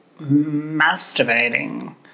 masturbating